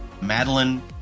Madeline